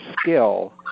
skill